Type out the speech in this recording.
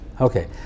Okay